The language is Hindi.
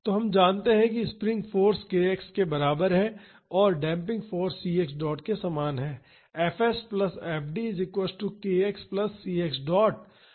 तो हम जानते हैं कि स्प्रिंग फाॅर्स k x के बराबर है और damping force c x dot के समान है